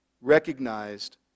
recognized